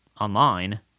online